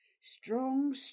Strong